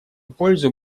пользу